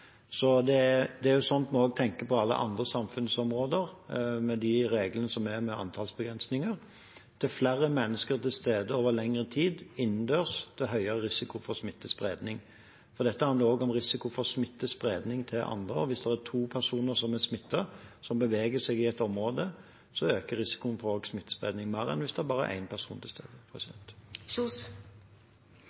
Det er sånn vi også tenker på alle andre samfunnsområder, med de reglene som er med antallsbegrensninger. Dess flere mennesker til stede over lengre tid innendørs, dess høyere risiko for smittespredning. Dette handler også om risiko for smittespredning til andre. Hvis det er to personer som er smittet som beveger seg i et område, øker risikoen for smittespredning mer enn hvis det bare er én person til stede.